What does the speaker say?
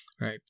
Right